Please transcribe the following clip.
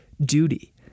duty